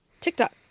TikTok